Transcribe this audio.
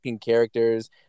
characters